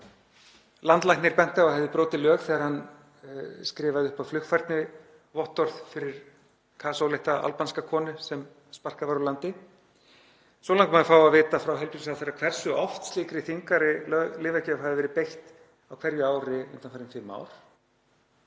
landlæknir benti á að hefði brotið lög þegar hann skrifaði upp á flugfærnisvottorð fyrir kasólétta albanska konu sem sparkað var úr landi. Svo langar mig að fá að vita frá heilbrigðisráðherra hversu oft slíkri þvingaðri lyfjagjöf hafi verið beitt á hverju ári undanfarin fimm ár